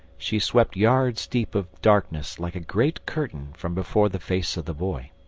she swept yards deep of darkness like a great curtain from before the face of the boy.